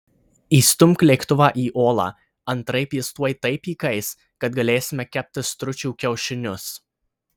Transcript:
įstumk lėktuvą į olą antraip jis tuoj taip įkais kad galėsime kepti stručių kiaušinius